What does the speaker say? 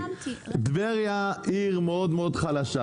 טבריה עיר מאוד מאוד חלשה,